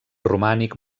romànic